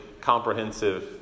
comprehensive